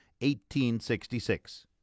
1866